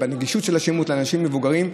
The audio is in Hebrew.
הנגישות של השימוש לאנשים מבוגרים.